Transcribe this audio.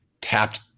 tapped